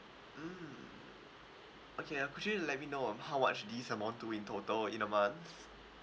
mm okay ah could you let me know um how much these amount to in total in a month